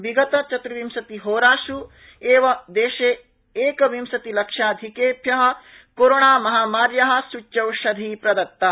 विगतचत्र्विशंतिहोरास् एव देशे एकविंशतिलक्षाधिकेभ्य कोरोणामहामार्या सूच्यौषधि प्रदत्ता